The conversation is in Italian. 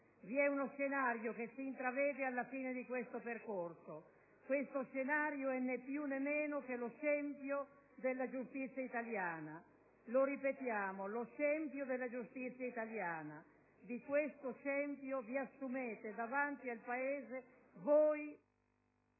Vi è uno scenario che si intravede alla fine di questo percorso. Questo scenario è né più né meno che lo scempio della giustizia italiana. Lasciatemelo ripetere: lo scempio della giustizia italiana. Di questo scempio vi assumete davanti al Paese